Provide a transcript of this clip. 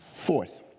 Fourth